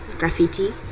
Graffiti